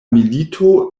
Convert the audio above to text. milito